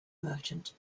merchant